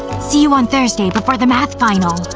see you on thursday before the math final.